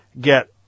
get